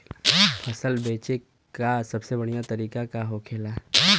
फसल बेचे का सबसे बढ़ियां तरीका का होखेला?